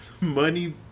money